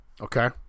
Okay